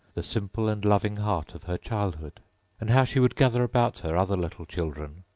the simple and loving heart of her childhood and how she would gather about her other little children,